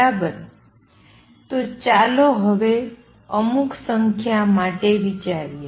બરાબર તો ચાલો હવે અમુક સંખ્યા માટે વિચારીએ